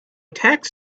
tax